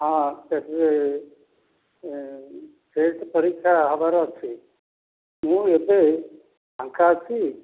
ହଁ ଟେଷ୍ଟ ପରୀକ୍ଷା ହେବାର ଅଛି ମୁଁ ଏବେ ଫାଙ୍କା ଅଛି